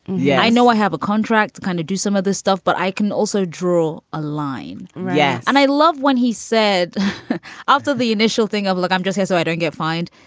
yeah, i know. i have a contract to kind of do some of this stuff, but i can also draw a line. yes. yeah and i love when he said after the initial thing of, look, i'm just here so i don't get fined.